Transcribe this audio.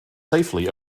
safely